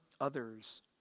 others